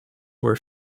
were